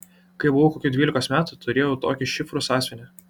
kai buvau kokių dvylikos metų turėjau tokį šifrų sąsiuvinį